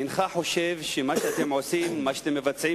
האם אינך חושב שמה שאתם עושים ומה שאתם מבצעים